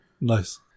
Nice